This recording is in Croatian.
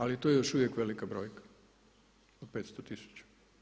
Ali to je još uvijek velika brojka od 500 tisuća.